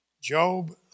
Job